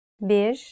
bir